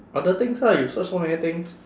other things lah you search so many things